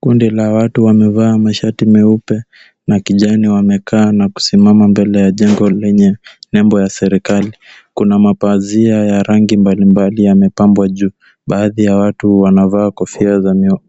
Kundi la watu wamevaa mashati meupe na kijani, wamekaa na kusimama mbele ya jengo lenye nembo ya serikali. Kuna mapazia ya rangi mbalimbali yamepambwa juu. Baadhi ya watu wanavaa kofia